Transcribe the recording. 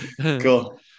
Cool